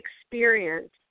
experience